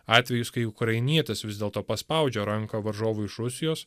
atvejis kai ukrainietis vis dėlto paspaudžia ranką varžovui iš rusijos